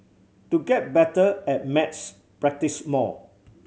to get better at maths practise more